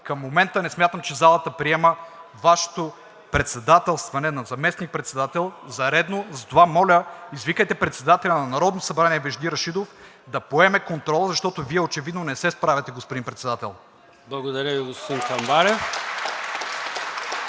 Към момента не смятам, че залата приема Вашето председателстване на заместник-председател за редно. Затова моля, извикайте председателя на Народното събрание Вежди Рашидов да поеме контрола, защото Вие очевидно не се справяте, господин Председател. (Ръкопляскания и